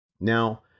Now